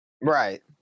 Right